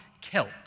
Kelt